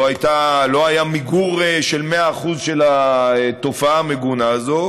לא היה מיגור של מאה אחוזים של התופעה המגונה הזאת,